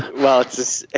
well, that's